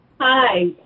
Hi